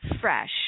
fresh